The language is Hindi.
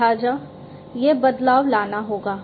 लिहाजा यह बदलाव लाना होगा